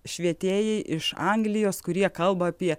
švietėjai iš anglijos kurie kalba apie